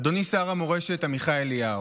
אדוני שר המורשת עמיחי אליהו,